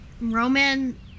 Roman-